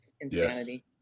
Insanity